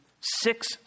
six